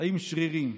עם שרירים.